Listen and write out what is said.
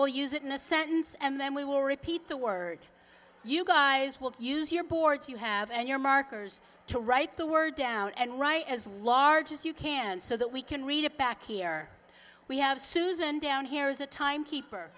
we'll use it in a sentence and then we will repeat the word you guys will use your boards you have and your markers to write the word down and write as large as you can so that we can read it back here we have susan down here is a time keeper